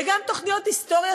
וגם תוכניות היסטוריה,